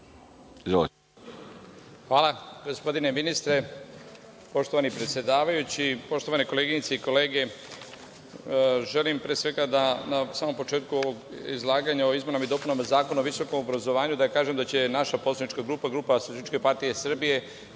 Hvala. Gospodine ministre, poštovani predsedavajući, poštovane koleginice i kolege, želim pre svega na samom početku ovog izlaganja o izmenama i dopunama Zakona o visokom obrazovanju da kažem da će naša poslanička grupa SPS podržati izmene